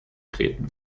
treten